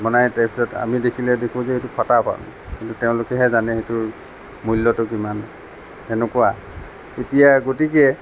বনায় তাৰপিছত আমি দেখিলে দেখো সেইটো ফটা হোৱা কিন্তু তেওঁলোকেহে জানে সেইটোৰ মূল্যটো কিমান সেনেকুৱা এতিয়া গতিকে